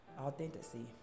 authenticity